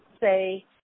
say